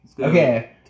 Okay